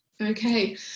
Okay